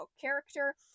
character